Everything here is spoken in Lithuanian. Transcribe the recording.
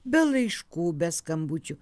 be laiškų be skambučių